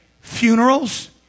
funerals